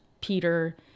Peter